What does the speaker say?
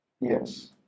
yes